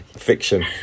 fiction